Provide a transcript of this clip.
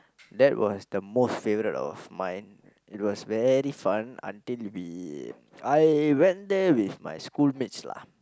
that was the most favourite of mine it was very fun until we I went there with my schoolmates lah